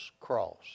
cross